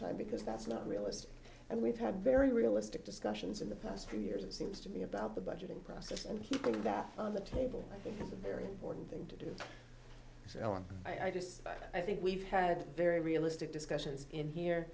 time because that's not realistic and we've had very realistic discussions in the past few years it seems to me about the budgeting process and keeping that on the table i think it's a very important thing to do so i just i think we've had very realistic discussions in here